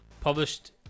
published